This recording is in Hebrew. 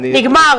נגמר.